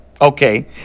Okay